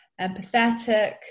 empathetic